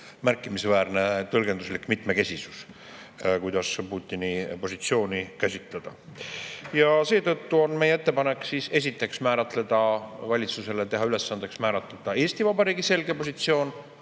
märkimisväärne tõlgenduslik mitmekesisus, kuidas Putini positsiooni käsitleda. Seetõttu on esiteks meie ettepanek teha valitsusele ülesandeks määratleda Eesti Vabariigi selge positsioon,